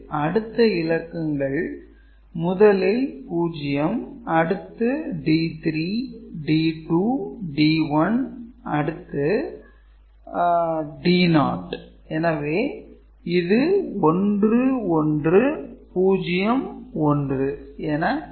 அடுத்து இலக்கங்கள் முதலில் 0 அடுத்து D3 D2 D1 அடுத்து D0 எனவே இது 1 1 0 1 என வருகிறது